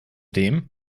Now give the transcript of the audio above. dem